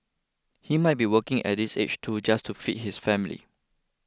he might be working at this age too just to feed his family